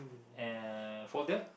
uh folder